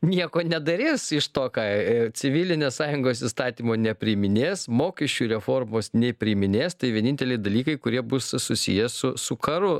nieko nedarys iš to ką civilinės sąjungos įstatymo nepriiminės mokesčių reformos nei priiminės tai vieninteliai dalykai kurie bus susiję su su karu